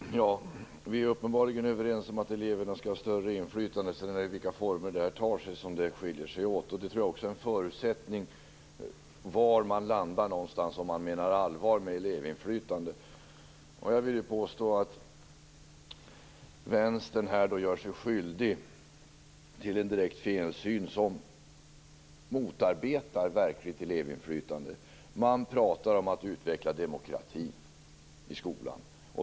Herr talman! Vi är uppenbarligen överens om att eleverna skall ha större inflytande. Sedan skiljer det sig åt i fråga om vilka former detta skall uttryckas i. En förutsättning för var det hela landar är om man menar allvar med elevinflytande. Jag påstår att Vänstern gör sig skyldig till en direkt felsyn som motarbetar verkligt elevinflytande. Man pratar om att utveckla demokrati i skolan.